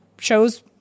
shows